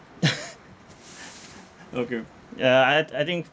okay yeah I I think